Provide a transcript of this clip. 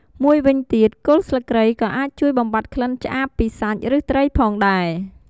មួយវិញទៀតគល់ស្លឹកគ្រៃក៏អាចជួយបំបាត់ក្លិនឆ្អាបពីសាច់ ឬត្រីផងដែរ។